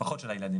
משפחות של הילדים.